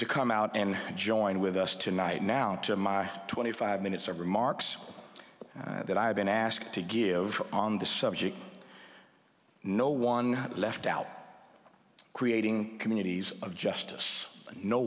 to come out and join with us tonight now to my twenty five minutes of remarks that i've been asked to give on this subject no one left out creating communities of justice no